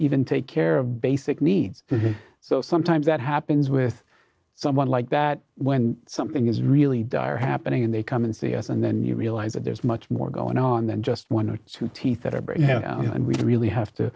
even take care of basic needs so sometimes that happens with someone like that when something is really dire happening and they come and see us and then you realize that there's much more going on than just one or two teeth that are break and we really have to